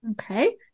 Okay